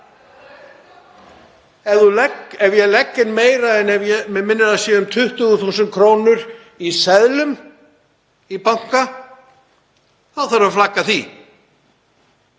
Ef ég legg inn meira en, mig minnir að það séu um 20.000 kr. í seðlum í banka þarf að flagga því.